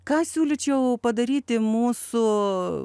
ką siūlyčiau padaryti mūsų